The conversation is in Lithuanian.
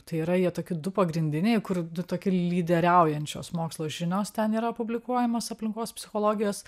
tai yra jie toki du pagrindiniai kur du toki lyderiaujančios mokslo žinios ten yra publikuojamos aplinkos psichologijos